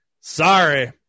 Sorry